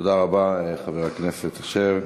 תודה רבה, חבר הכנסת אשר.